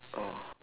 oh